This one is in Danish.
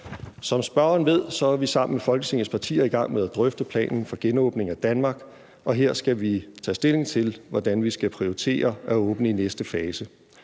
Som spørgeren ved, er vi sammen med Folketingets partier i gang med at drøfte planen for genåbningen af Danmark, og her skal vi tage stilling til, hvordan vi skal prioritere at åbne i næste fase,